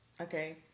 Okay